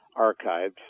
archived